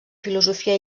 filosofia